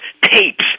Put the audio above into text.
tapes